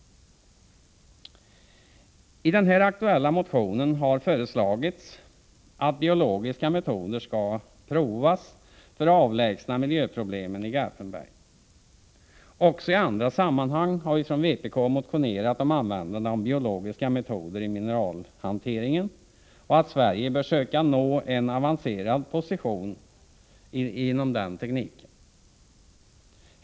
I den här aktuella motionen har föreslagits att biologiska metoder skall prövas för att avlägsna miljöproblemen i Garpenberg. Också i andra sammanhang har vi från vpk motionerat om användande av biologiska metoder i mineralhanteringen och om att Sverige här bör söka nå en avancerad position inom den tekniken.